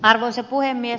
arvoisa puhemies